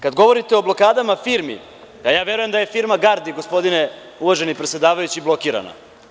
Kada govorite o blokadama firmi, verujem da je firma „Gardi“ gospodine uvaženi predsedavajući, blokirana.